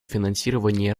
финансирования